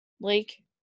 lake